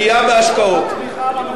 יסודות הצמיחה, מהממשלה הקודמת.